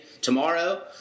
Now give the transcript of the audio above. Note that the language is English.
tomorrow